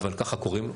אבל ככה קוראים לו,